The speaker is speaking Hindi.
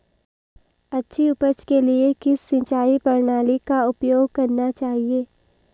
अच्छी उपज के लिए किस सिंचाई प्रणाली का उपयोग करना चाहिए?